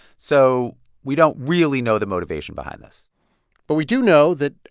so we don't really know the motivation behind this but we do know that,